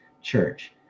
church